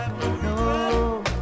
no